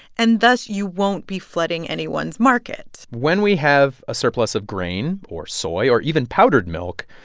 and thus, you won't be flooding anyone's market when we have a surplus of grain or soy or even powdered milk,